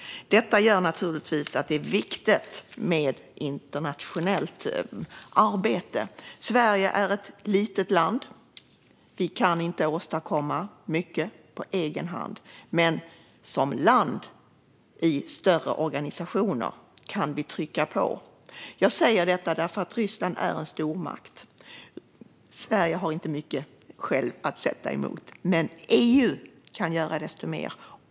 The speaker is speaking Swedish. Detta gör naturligtvis att det är viktigt med internationellt arbete. Sverige är ett litet land. Vi kan inte åstadkomma mycket på egen hand, men som land i större organisationer kan vi trycka på. Jag säger detta för att Ryssland är en stormakt. Sverige har självt inte mycket att sätta emot, men EU kan göra desto mer.